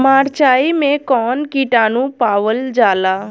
मारचाई मे कौन किटानु पावल जाला?